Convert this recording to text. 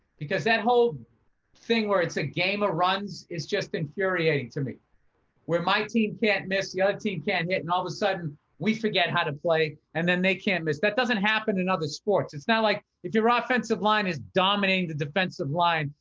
because that whole thing where it's a game of ah runs is just infuriating to me where my team can't miss the other ah team can't hit. and all of a sudden we forget how to play and then they can't miss. that doesn't happen in other sports. it's not like if your ah offensive line is dominating the defensive line,